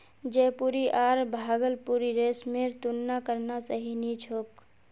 जयपुरी आर भागलपुरी रेशमेर तुलना करना सही नी छोक